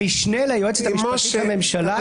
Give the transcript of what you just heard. המשנה ליועצת המשפטית לממשלה יתייחס לסוגיית --- משה,